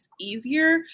easier